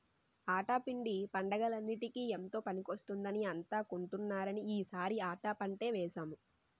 ఆటా పిండి పండగలన్నిటికీ ఎంతో పనికొస్తుందని అంతా కొంటున్నారని ఈ సారి ఆటా పంటే వేసాము